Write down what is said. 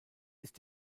ist